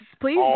please